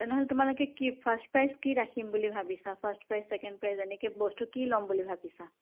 তেনেহ'লে তোমালোকে কি ফাৰ্ষ্ট প্ৰাইজ কি ৰাখিম বুলি ভাবিছা ফাৰ্ষ্ট প্ৰাইজ ছেকেণ্ড প্ৰাইজ এনেকে বস্তু কি লম বুলি ভাবিছা